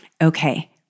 Okay